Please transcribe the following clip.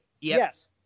Yes